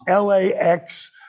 LAX